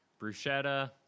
Bruschetta